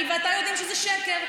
אני ואתה יודעים שזה שקר.